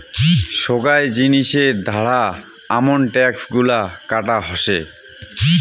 সোগায় জিনিসের ধারা আমন ট্যাক্স গুলা কাটা হসে